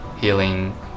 healing